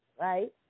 right